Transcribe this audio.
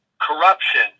corruption